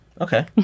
Okay